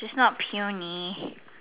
it's not puny